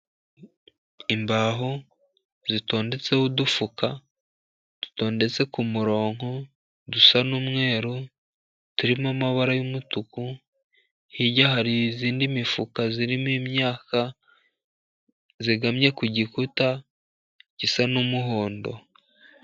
Imbaho zitondetseho udufuka dutondetse ku murongo dusa n'umweru, turimo amabara y'umutuku. Hirya hari iyindi mifuka irimo imyaka. Yegamye ku gikuta gisa n'umuhondo.